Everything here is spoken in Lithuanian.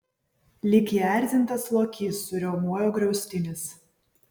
lyg įerzintas lokys suriaumojo griaustinis